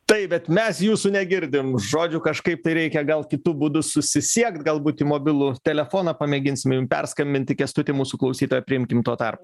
taip bet mes jūsų negirdim žodžių kažkaip reikia gal kitu būdu susisiekt gal būt į mobilų telefoną pamėginsim jum perskambinti kęstutį mūsų klausytoją priimkim tuo tarpu